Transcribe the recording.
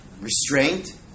restraint